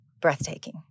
breathtaking